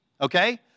okay